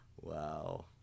Wow